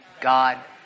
God